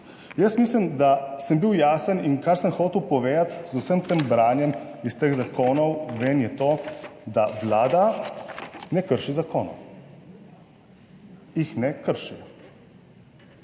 Jaz mislim, da sem bil jasen in kar sem hotel povedati z vsem tem branjem iz teh zakonov ven je to, da Vlada ne krši zakonov, jih ne krši.